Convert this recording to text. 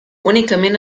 únicament